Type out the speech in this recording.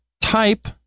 type